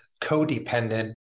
codependent